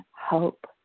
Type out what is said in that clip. hope